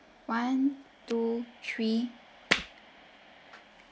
one two three